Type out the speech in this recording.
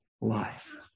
life